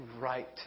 right